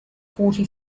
fourty